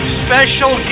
special